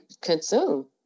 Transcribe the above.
consume